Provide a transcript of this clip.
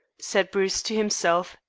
said bruce to himself,